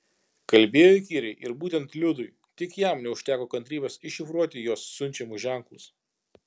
kalbėjo įkyriai ir būtent liudui tik jam neužteko kantrybės iššifruoti jos siunčiamus ženklus